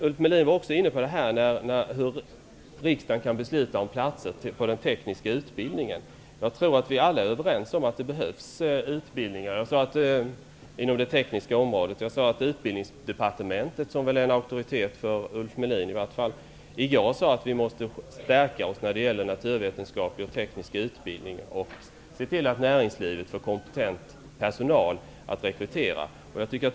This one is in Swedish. Ulf Melin var också inne på frågan om hur riksdagen kan besluta om platser på den tekniska utbildningen. Jag tror att vi alla är överens om att det behövs utbildningar inom det tekniska området. Jag sade att man på Utbildningsdepartementet, vilket väl i alla fall är en auktoritet för Ulf Melin, i går sade att vi måste bli starkare när det gäller naturvetenskaplig och teknisk utbildning. Vi måste se till att näringslivet kan rekrytera kompetent personal.